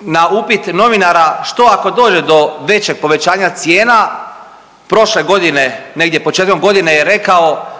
na upit novinara što ako dođe do većeg povećanja cijena prošle godine, negdje početkom godine je rekao